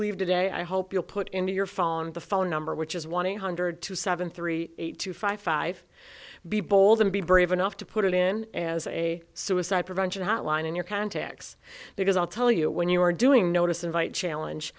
leave today i hope you'll put in your phone the phone number which is one eight hundred two seven three eight two five five be bold and be brave enough to put it in as a suicide prevention hotline in your contacts because i'll tell you when you are doing notice invite challenge